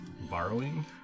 Borrowing